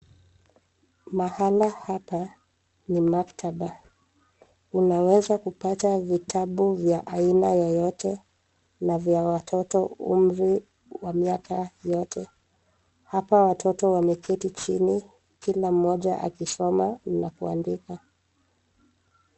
Mahali hapa ni maktaba, unaweza kupata vitabu vya aina yoyote na vya watoto, umri wa miaka yote. Hapa watoto wameketi chini kila mmoja akisoma na kuandika.